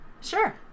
Sure